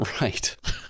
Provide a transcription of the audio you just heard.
Right